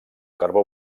carbó